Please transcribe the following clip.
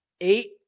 eight